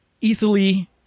easily